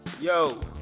yo